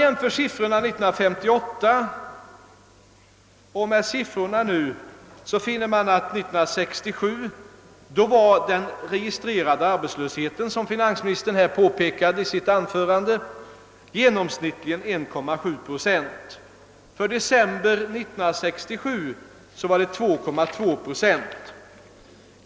År 1967 var, som finansministern påpekade i sitt anförande, den registrerade arbetslösheten i genomsnitt 1,7 procent. I december 1967 var arbetslösheten 2,2 procent.